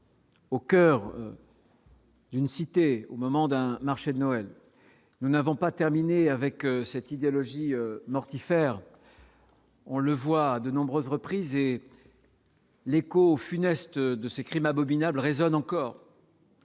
Au coeur. D'une cité au moment d'un marché de Noël, nous n'avons pas terminé avec cette idéologie mortifère. On le voit à de nombreuses reprises et. L'écho funeste de ces crimes abominables résonne encore.